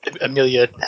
Amelia